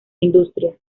industria